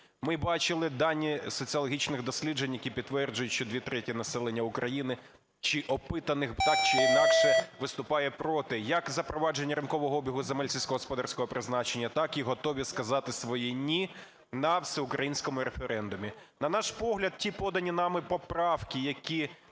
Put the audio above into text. Ми бачили дані соціологічних досліджень, які підтверджують, що дві треті населення України, чи опитаних так чи інакше виступає проти як запровадження ринкового обігу земель сільськогосподарського призначення, так і готові сказати своє "ні" на всеукраїнському референдумі. На наш погляд, ті подані нами поправки, які